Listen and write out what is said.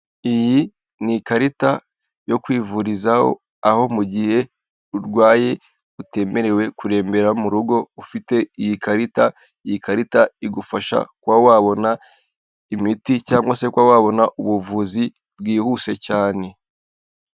Iyi ni ikarita yo kwivurizaho aho mu gihe urwaye utemerewe kurembera mu rugo ufite iyi karita, Iyi karita igufasha kuba wabona imiti cyangwa se kuba wabona ubuvuzi bwihuse cyane.